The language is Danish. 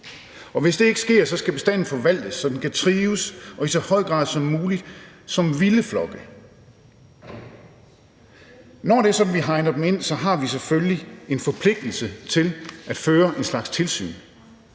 Hvis det ikke sker, skal bestanden forvaltes, så den kan trives og i så høj grad som muligt som vilde flokke. Når det er sådan, at vi hegner dem ind, har vi selvfølgelig en forpligtelse til at føre en slags tilsyn,